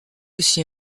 aussi